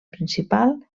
principal